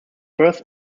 first